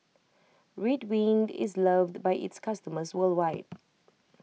Ridwind is loved by its customers worldwide